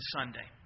Sunday